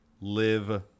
live